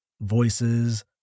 voices